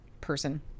person